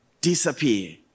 disappear